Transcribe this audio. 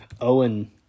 Owen